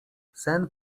sen